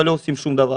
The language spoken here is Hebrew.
אבל לא עושים שום דבר.